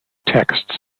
texts